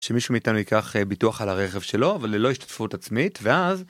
שמישהו מאיתנו ייקח ביטוח על הרכב שלו, אבל ללא השתתפות עצמית, ואז...